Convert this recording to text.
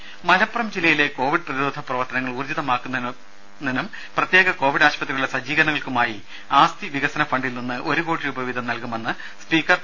രേര മലപ്പുറം ജില്ലയിലെ കോവിഡ് പ്രതിരോധ പ്രവർത്തനങ്ങൾ ഊർജ്ജിതപ്പെടുത്തുന്നതിനും കോവിഡ് പ്രത്യേക ആശുപത്രികളുടെ സജ്ജീകരണങ്ങൾക്കുമായി ആസ്തി വികസന ഫണ്ടിൽ നിന്ന് ഒരു കോടി രൂപ വീതം നൽകുമെന്ന് സ്പീക്കർ പി